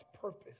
purpose